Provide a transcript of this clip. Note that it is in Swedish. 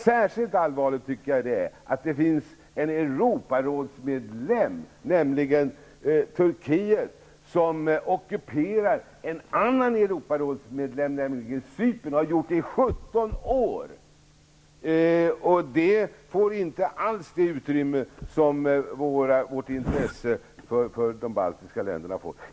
Särskilt allvarligt tycker jag att det är att det finns en Europarådsmedlem, nämligen Turkiet, som ockuperar en annan Europarådsmedlem, nämligen Cypern och har gjort det i 17 år! Det får inte alls det utrymme som vårt intresse för de baltiska länderna får.